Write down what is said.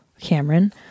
Cameron